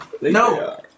No